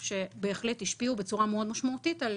שבהחלט השפיעו בצורה משמעותית מאוד על